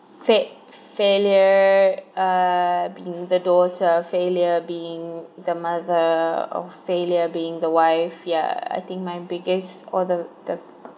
fail~ failure uh being the daughter failure being the mother or failure being the wife ya I think my biggest all the the